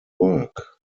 work